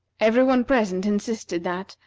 every one present insisted that,